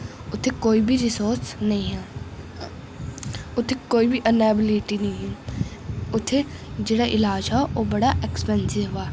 उत्थै कोई बी रिसोर्स नेईं हा उत्थै कोई बी इनैबिलिटी नेईं ही उत्थै जेह्ड़ा इलाज हा ओ बड़ा एक्सपेंसिव हा